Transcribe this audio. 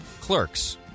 clerks